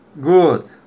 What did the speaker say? Good